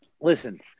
listen